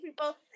People